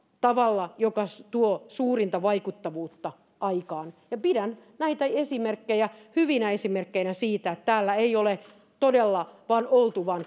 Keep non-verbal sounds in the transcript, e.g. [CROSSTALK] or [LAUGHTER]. tavalla joka tuo suurinta vaikuttavuutta aikaan pidän näitä esimerkkejä hyvinä esimerkkeinä siitä että täällä todella ei ole vain oltu vaan [UNINTELLIGIBLE]